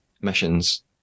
missions